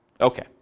Okay